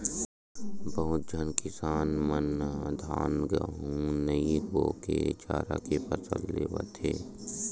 बहुत झन किसान मन ह धान, गहूँ नइ बो के चारा के फसल लेवत हे